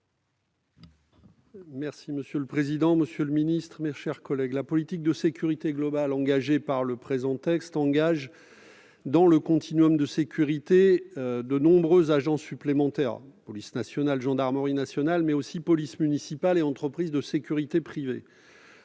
est ainsi libellé : La parole est à M. Pierre Laurent. La politique de sécurité globale envisagée par le présent texte engage dans le continuum de sécurité de nombreux agents supplémentaires : police nationale et gendarmerie nationale, mais aussi polices municipales et entreprises de sécurité privée.